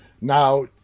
Now